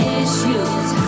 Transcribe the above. issues